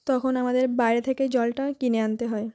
তখন আমাদের বাইরে থেকেই জলটা কিনে আনতে হয়